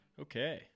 okay